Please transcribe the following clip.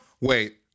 wait